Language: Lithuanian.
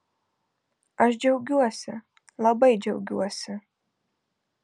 aš džiaugiuosi labai džiaugiuosi